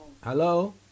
Hello